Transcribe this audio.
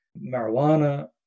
marijuana